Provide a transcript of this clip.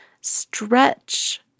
stretch